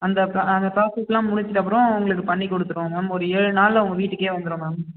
அந்த பா அந்த ப்ராசஸ் எல்லாம் முடிச்சிட்டப்புறம் உங்களுக்கு பண்ணிக்கொடுத்துருவோம் மேம் ஒரு ஏழு நாளில் உங்கள் வீட்டுக்கே வந்துரும் மேம்